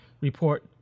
report